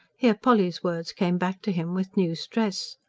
here polly's words came back to him with new stress.